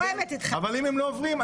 אבל אם הם לא עוברים,